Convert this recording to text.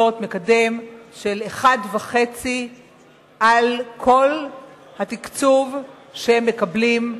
מקדם של 1.5 על כל תקצוב שהגברים מקבלים.